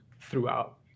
throughout